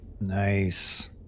Nice